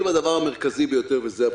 בדבר המרכזי ביותר, וזה הבדיקות.